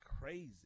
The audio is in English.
crazy